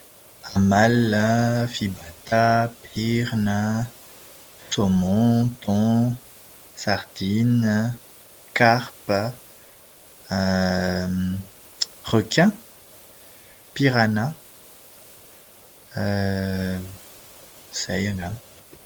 Amalona, fibata, pirina, saumon, thon, sardinina, karpa, requin, piranha, izay angamba.